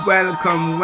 Welcome